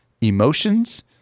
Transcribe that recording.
emotions